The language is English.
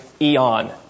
eon